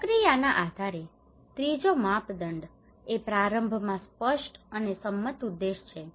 પ્રક્રિયાના આધારે ત્રીજો માપદંડ એ પ્રારંભમાં સ્પષ્ટ અને સંમત ઉદ્દેશ છે